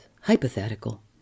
hypothetical